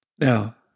Now